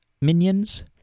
minions